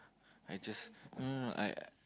I just no no no I